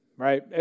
Right